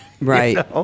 Right